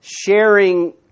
sharing